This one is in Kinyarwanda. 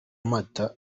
mata